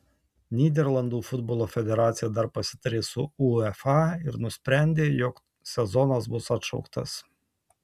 nyderlandų futbolo federacija dar pasitarė su uefa ir nusprendė jog sezonas bus atšauktas